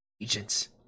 agents